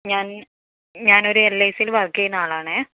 ഞാന് ഞാനൊരു L I സില് വര്ക്ക് ചെയ്യുന്ന ആളാണേ